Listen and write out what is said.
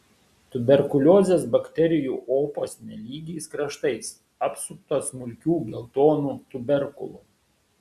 tuberkuliozės bakterijų opos nelygiais kraštais apsuptos smulkių geltonų tuberkulų